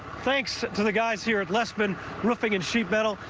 thanks to the guys here at lessman roofing and sheet metal.